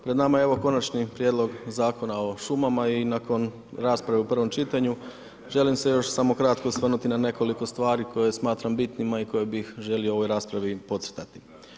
Pred nama je evo Konačni prijedlog Zakona o šumama i nakon rasprave u prvom čitanju želim se još samo kratko osvrnuti na nekoliko stvari koje smatram bitnima i koje bih želio u ovoj raspravi podcrtati.